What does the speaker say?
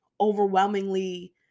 overwhelmingly